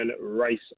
race